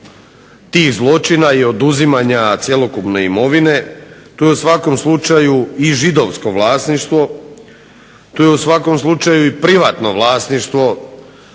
tih zločina i oduzimanja cjelokupne imovine. Tu je u svakom slučaju i židovsko vlasništvo, tu je u svakom slučaju i privatno vlasništvo,